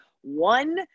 one